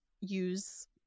use